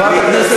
אתה לא הצנזור.